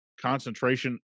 concentration